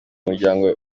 muryango